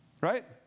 Right